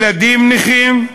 ילדים נכים,